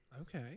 Okay